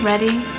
Ready